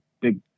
big